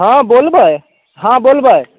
हंँ बोलबै हँ बोलबै